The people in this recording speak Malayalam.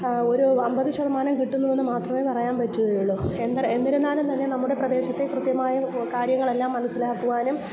ഒരു അൻപത് ശതമാനം കിട്ടുന്നൂന്ന് മാത്രമേ പറയാൻ പറ്റുകയുള്ളൂ എന്തര് എന്നിരുന്നാലും തന്നെ നമ്മുടെ പ്രദേശത്തെ കൃത്യമായ കാര്യങ്ങളെല്ലാം മനസ്സിലാക്കുവാനും